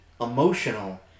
emotional